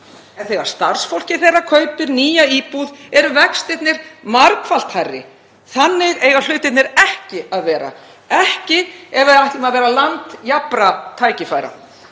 En þegar starfsfólkið þeirra kaupir nýja íbúð eru vextirnir margfalt hærri. Þannig eiga hlutirnir ekki að vera, ekki ef við ætlum að vera land jafnra tækifæra.